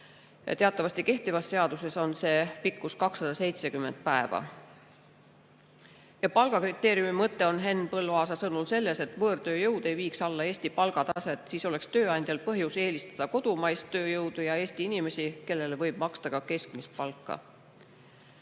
Teatavasti kehtivas seaduses on see pikkus 270 päeva. Palgakriteeriumi mõte on Henn Põlluaasa sõnul selles, et võõrtööjõud ei viiks Eesti palgataset alla. Siis oleks tööandjal põhjus eelistada kodumaist tööjõudu ja Eesti inimesi, kellele võib maksta ka keskmist palka.